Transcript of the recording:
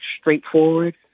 straightforward